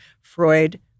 Freud